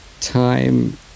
time